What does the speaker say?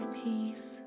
peace